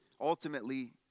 Ultimately